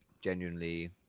genuinely